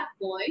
boy